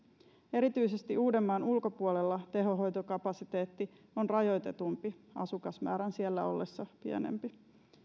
erityisesti uudenmaan ulkopuolella tehohoitokapasiteetti on rajoitetumpi asukasmäärän siellä ollessa pienempi